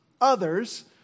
others